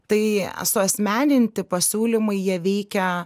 tai suasmeninti pasiūlymai jie veikia